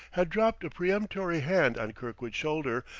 had dropped a peremptory hand on kirkwood's shoulder,